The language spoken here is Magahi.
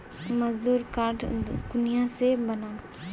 मजदूर कार्ड कुनियाँ से बनाम?